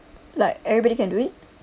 like everybody can do it